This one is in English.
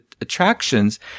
attractions